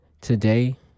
today